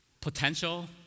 Potential